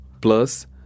Plus